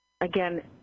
again